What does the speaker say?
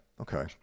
Okay